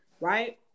right